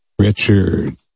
Richard